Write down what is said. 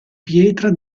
pietra